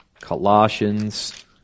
Colossians